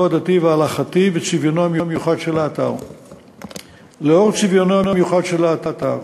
4. לאור צביונו המיוחד של האתר